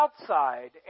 outside